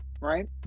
Right